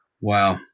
Wow